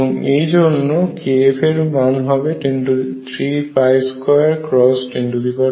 এবং এই জন্য kF এর মান হবে 32102813